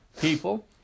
people